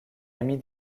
amie